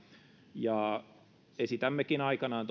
ja esitämmekin aikanaan